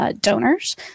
Donors